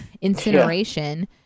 Incineration